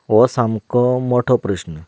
हो सामको मोठो प्रस्न